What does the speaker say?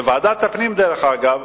בוועדת הפנים, דרך אגב,